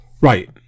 Right